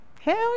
Hell